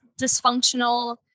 dysfunctional